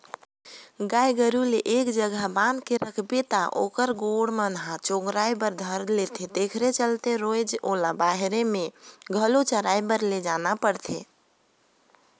गाय गोरु ल एके जघा बांध के रखबे त ओखर गोड़ मन ह चगुरे बर धर लेथे तेखरे चलते रोयज ओला बहिरे में घलो चराए बर लेजना परथे